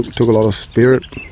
took a lot of spirit.